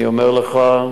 אני אומר לך: